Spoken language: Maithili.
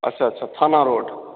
अच्छा अच्छा थाना रोड